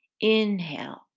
Inhale